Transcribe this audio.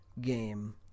game